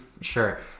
sure